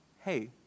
hey